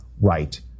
right